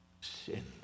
sin